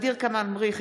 ע'דיר כמאל מריח,